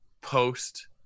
post